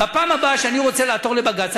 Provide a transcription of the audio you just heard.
בפעם הבאה שאני רוצה לעתור לבג"ץ,